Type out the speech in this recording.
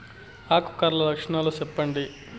ఆకు కర్ల లక్షణాలు సెప్పండి